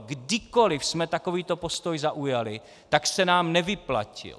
Kdykoliv jsme takový to postoj zaujali, tak se nám nevyplatil.